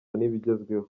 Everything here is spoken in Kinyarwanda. n’ibigezweho